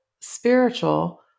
spiritual